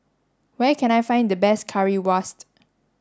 where can I find the best Currywurst